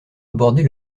aborder